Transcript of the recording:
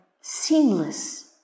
seamless